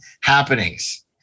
happenings